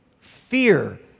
fear